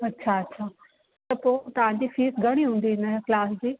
अछा अछा त पोइ तव्हांजी फ़ीस घणी हूंदी हिन क्लास जी